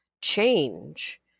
change